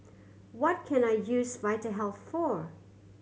what can I use Vitahealth for